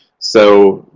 so,